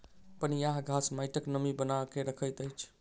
पनियाह घास माइटक नमी बना के रखैत अछि